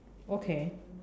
okay